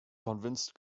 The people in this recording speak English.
convinced